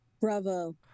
Bravo